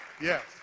Yes